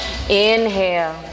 Inhale